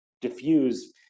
diffuse